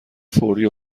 فوری